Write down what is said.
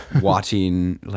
watching